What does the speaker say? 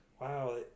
wow